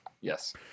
Yes